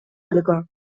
ольга